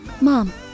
Mom